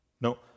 No